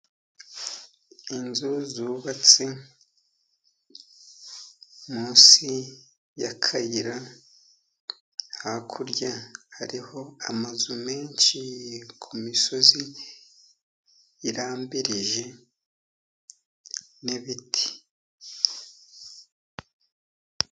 inzu zubatse munsi y'akayira, hakurya hariho amazu menshi ku misozi irambirije n' ibiti.